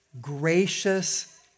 gracious